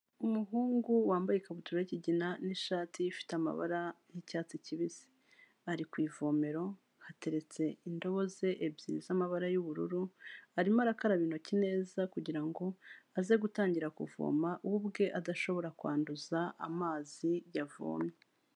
Umuhungu wambaye ikabutura y'ikigina n'ishati ifite amabara y'icyatsi kibisi. Ari ku ivomero, hateretse indobo ze ebyiri z'amabara y'ubururu, arimo arakaraba intoki neza kugira ngo aze gutangira kuvoma we ubwe adashobora kwanduza amazi yavomye.